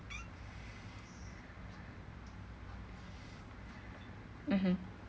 mmhmm